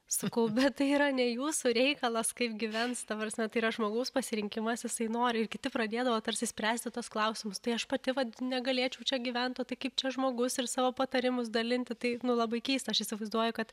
sakau bet tai yra ne jūsų reikalas kaip gyvens ta prasme tai yra žmogaus pasirinkimas jisai nori ir kiti pradėdavo tarsi spręsti tuos klausimus tai aš pati vat negalėčiau čia gyvent o tai kaip čia žmogus ir savo patarimus dalinti tai labai keista aš įsivaizduoju kad